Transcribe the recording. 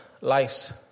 lives